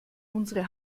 unsere